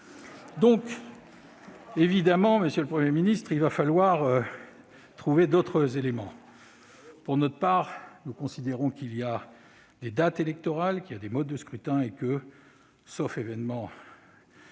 !» Évidemment, monsieur le Premier ministre, il va falloir trouver d'autres éléments. Pour notre part, nous considérons qu'il y a des dates électorales, des modes de scrutin, et que, sauf événement extrêmement